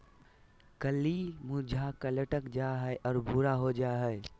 कली मुरझाकर लटक जा हइ और भूरा हो जा हइ